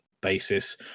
basis